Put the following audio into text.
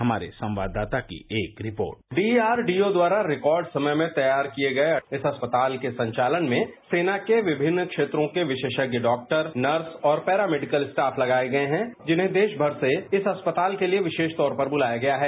हमारे संवाददाता की एक रिपोर्ट डीआरडीओ द्वारा रिकॉर्ड समय में तैयार किए गए इस अस्पताल के संचालन मैं सेना के विभिन्न क्षेत्रों के विशेषज्ञ डॉक्टर नर्स और पैरानेडिकल स्टाफ लगाए गए हैं जिन्हें देश भर से इस अस्पताल के लिए विशेष तौर पर बुलाया गया है